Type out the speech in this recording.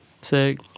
sick